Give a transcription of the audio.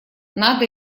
надо